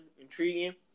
intriguing